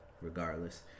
regardless